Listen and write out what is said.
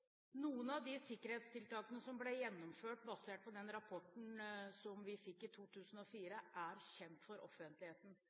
Noen av de sikkerhetstiltakene som ble gjennomført basert på den rapporten som vi fikk i